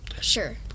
Sure